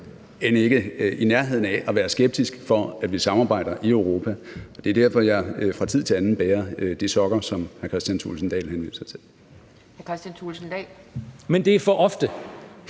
end ikke i nærheden af at være skeptisk over for, at vi samarbejder i Europa, og det er derfor, jeg fra tid til anden bærer de sokker, som hr. Kristian Thulesen Dahl henviser til. Kl. 10:54 Anden